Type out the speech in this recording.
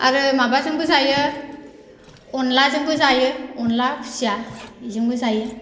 आरो माबाजोंबो जायो अनद्लाजोंबो जायो अनद्ला खुसिया इजोंबो जायो